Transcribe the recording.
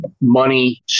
money